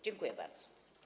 Dziękuję bardzo.